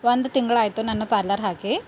ಒಂದು ತಿಂಗಳಾಯ್ತು ನಾನು ಆ ಪಾರ್ಲರ್ ಹಾಕಿ